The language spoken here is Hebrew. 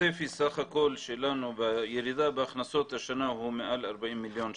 הצפי שלנו לגבי ירידה בהכנסות השנה הוא מעל 40 מיליון שקלים.